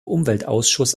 umweltausschuss